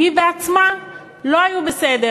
היא בעצמה, לא היו בסדר.